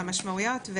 על המשמעויות.